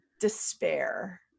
despair